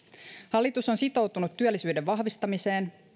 hallitus on sitoutunut työllisyyden vahvistamiseen